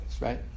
right